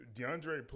DeAndre